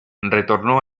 retornó